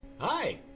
Hi